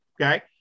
okay